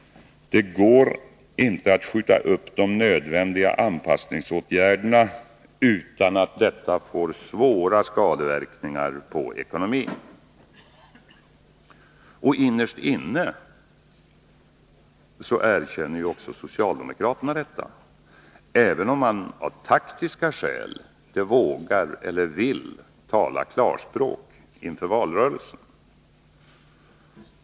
Det går inte att skjuta upp de nödvändiga anpassningsåtgärderna utan att detta får svåra skadeverkningar på ekonomin. Och även socialdemokraterna erkänner innerst inne detta, även om man av taktiska skäl inte vågar, eller inte vill, tala klarspråk inför valrörelsen.